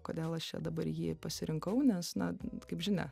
kodėl aš čia dabar jį pasirinkau nes na kaip žinia